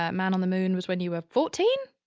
ah man on the moon was when you were fourteen?